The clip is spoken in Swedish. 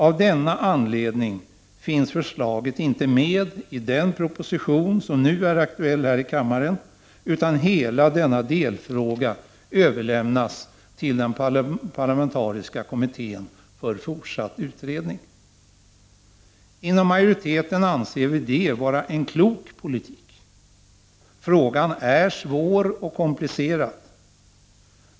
Av denna anledning finns förslaget inte med i den proposition som nu är aktuell här i kammaren, utan hela denna delfråga överlämnas till den parlamentariska kommittén för fortsatt utredning. Inom utskottsmajoriteten anser vi det vara en klok politik. Frågan är svår och komplicerad.